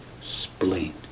Spleen